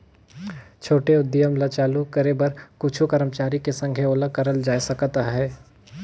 छोटे उद्यम ल चालू करे बर कुछु करमचारी के संघे ओला करल जाए सकत अहे